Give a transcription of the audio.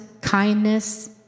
kindness